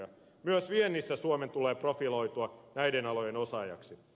myös viennissä suomen tulee profiloitua näiden alojen osaajaksi